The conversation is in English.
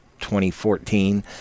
2014